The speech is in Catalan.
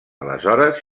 aleshores